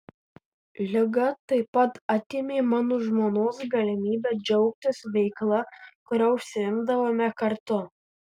liga taip pat atėmė mano žmonos galimybę džiaugtis veikla kuria užsiimdavome kartu